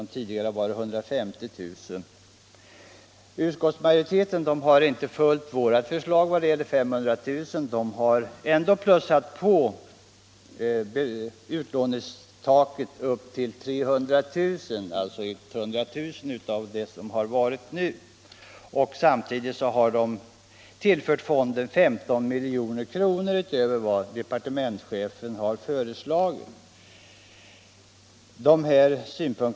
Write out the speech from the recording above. Utskottsmajoriteten har inte följt vårt förslag vad gäller 500 000 kr. men har ändå plussat på utlåningstaget upp till 300 000 kr. — alltså 100 000 kr. mer än vad som hitills gällt. Samtidigt vill man tiltföra fonden 15 milj.kr. utöver vad departementschefen har föreslagit.